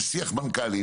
יש שיח מנכ"לים,